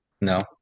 No